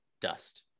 dust